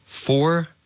Four